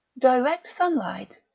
direct sunlight,